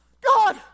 God